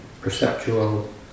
perceptual